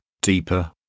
deeper